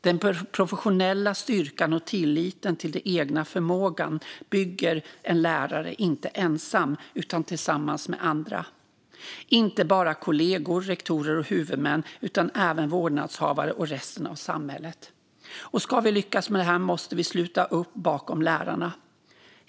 Den professionella styrkan och tilliten till den egna förmågan bygger en lärare inte ensam utan tillsammans med andra, inte bara kollegor, rektorer och huvudmän utan även vårdnadshavare och resten av samhället. Ska vi lyckas med detta måste vi sluta upp bakom lärarna.